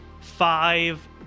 five